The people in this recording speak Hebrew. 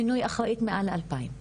מינוי אחראית מעל ל-2,000 עובדים.